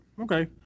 Okay